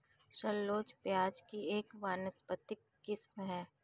shallot प्याज़ की एक वानस्पतिक किस्म है